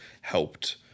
helped